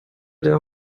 der